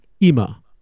Ima